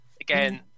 again